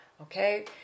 okay